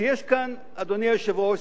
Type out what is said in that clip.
שיש כאן, אדוני היושב-ראש,